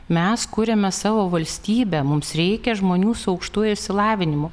mes kuriame savo valstybę mums reikia žmonių su aukštuoju išsilavinimu